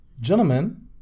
gentlemen